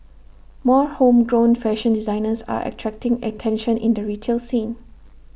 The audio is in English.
more homegrown fashion designers are attracting attention in the retail scene